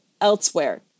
elsewhere